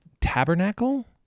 tabernacle